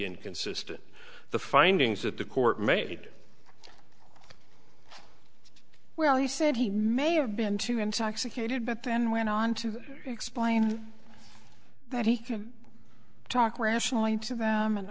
inconsistent the findings that the court made well he said he may have been too intoxicated but then went on to explain that he could talk rationally to them and